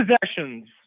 possessions